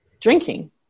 drinking